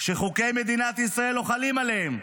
וחוקי מדינת ישראל לא חלים עליהם,